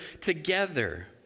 together